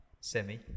Semi